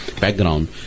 background